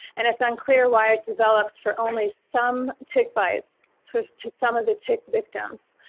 and it's unclear why it develops for only some tick bites so to some of the tick victims.